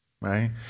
Right